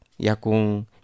yakung